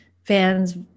fans